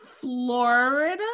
Florida